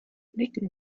nicken